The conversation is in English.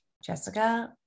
Jessica